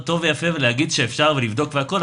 טוב ויפה להגיד שאפשר לבדוק והכול,